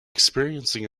experiencing